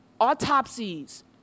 Autopsies